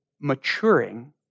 maturing